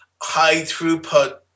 high-throughput